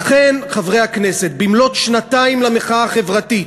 לכן, חברי הכנסת, במלאות שנתיים למחאה החברתית,